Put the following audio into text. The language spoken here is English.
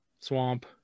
swamp